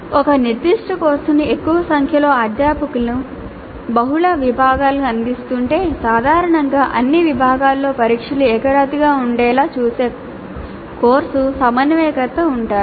ఒక నిర్దిష్ట కోర్సును ఎక్కువ సంఖ్యలో అధ్యాపకులు బహుళ విభాగాలకు అందిస్తుంటే సాధారణంగా అన్ని విభాగాలలో పరీక్షలు ఏకరీతిగా ఉండేలా చూసే కోర్సు సమన్వయకర్త ఉంటారు